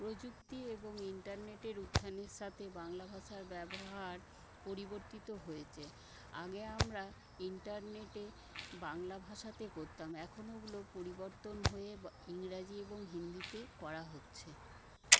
প্রযুক্তি এবং ইন্টারনেটের উত্থানের সাথে বাংলাভাষার ব্যবহার পরিবর্তিত হয়েছে আগে আমরা ইন্টারনেটে বাংলা ভাষাতে করতাম এখন ওগুলো পরিবর্তন হয়ে ব ইংরাজি এবং হিন্দিতে করা হচ্ছে